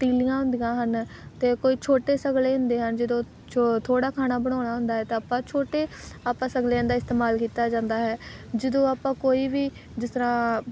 ਪਤੀਲੀਆਂ ਹੁੰਦੀਆਂ ਹਨ ਅਤੇ ਕੋਈ ਛੋਟੇ ਸਗਲੇ ਹੁੰਦੇ ਹਨ ਜਦੋਂ ਛ ਥੋੜ੍ਹਾ ਖਾਣਾ ਬਣਾਉਣਾ ਹੁੰਦਾ ਹੈ ਤਾਂ ਆਪਾਂ ਛੋਟੇ ਆਪਾਂ ਸਗਲਿਆਂ ਦਾ ਇਸਤੇਮਾਲ ਕੀਤਾ ਜਾਂਦਾ ਹੈ ਜਦੋਂ ਆਪਾਂ ਕੋਈ ਵੀ ਜਿਸ ਤਰ੍ਹਾਂ